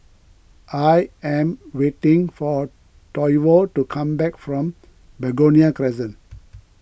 I am waiting for Toivo to come back from Begonia Crescent